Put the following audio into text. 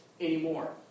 anymore